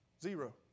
Zero